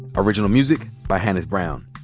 original music by hannis brown.